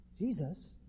Jesus